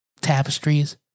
tapestries